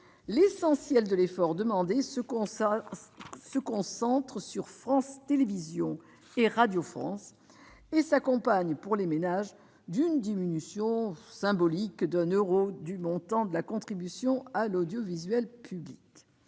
L'essentiel de l'effort est demandé à France Télévisions et à Radio France ; il s'accompagne, pour les ménages, d'une diminution symbolique, de 1 euro, du montant de la contribution à l'audiovisuel public.